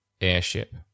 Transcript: airship